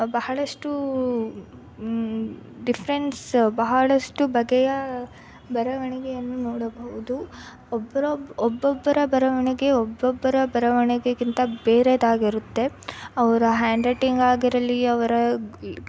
ಬಹಳಷ್ಟು ಡಿಫ್ರೆನ್ಸ್ ಬಹಳಷ್ಟು ಬಗೆಯ ಬರವಣಿಗೆಯನ್ನು ನೋಡಬಹುದು ಒಬ್ಬೊಬ್ರ ಒಬ್ಬೊಬ್ಬರ ಬರವಣಿಗೆ ಒಬ್ಬೊಬ್ಬರ ಬರವಣಿಗೆಗಿಂತ ಬೇರೆದಾಗಿರುತ್ತೆ ಅವರ ಹ್ಯಾಂಡ್ ರೈಟಿಂಗ್ ಆಗಿರಲಿ ಅವರ